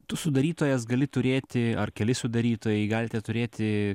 tu sudarytojas gali turėti ar keli sudarytojai galite turėti